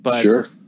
Sure